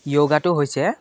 যোগাটো হৈছে